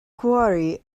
quarry